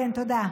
תודה.